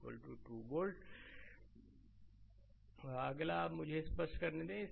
slide समय देखें 1734 अगला अब मुझे इसे स्पष्ट करने दें